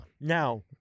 Now